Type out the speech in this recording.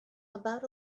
about